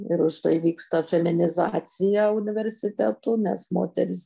ir už tai vyksta feminizacija universitetų nes moterys